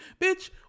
Bitch